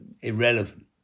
irrelevant